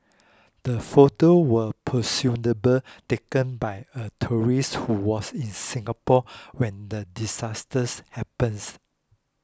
the photos were presumably taken by a tourist who was in Singapore when the disasters happens